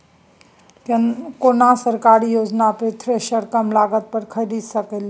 केना सरकारी योजना पर थ्रेसर कम लागत पर खरीद सकलिए?